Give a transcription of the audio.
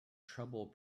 trouble